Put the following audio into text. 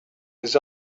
his